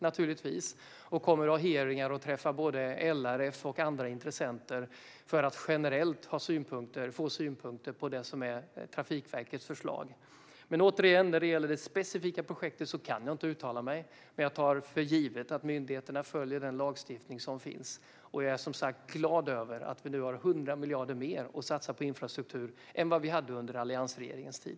Jag kommer att ha hearingar och träffa både LRF och andra intressenter för att generellt få synpunkter på Trafikverkets förslag. Men återigen, när det gäller det specifika projektet kan jag inte uttala mig. Men jag tar för givet att myndigheterna följer den lagstiftning som finns, och jag är som sagt glad över att vi nu har 100 miljarder mer att satsa på infrastruktur än vad vi hade under alliansregeringens tid.